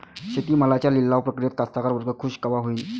शेती मालाच्या लिलाव प्रक्रियेत कास्तकार वर्ग खूष कवा होईन?